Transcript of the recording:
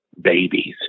babies